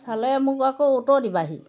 চালে মোক আকৌ উত্তৰ দিবাহি